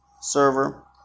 server